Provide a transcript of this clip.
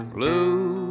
Blue